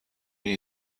این